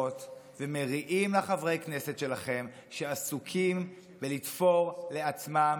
ומריעים לחברי הכנסת שלכם שעסוקים בלתפור לעצמם